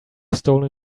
stolen